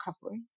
recovery